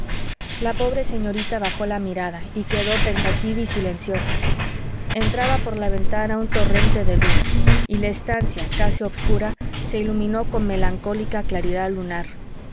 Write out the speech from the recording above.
la pobre señorita bajó la mirada y quedó pensativa y silenciosa entraba por la ventana un torrente de luz y la estancia casi obscura se iluminó con melancólica claridad lunar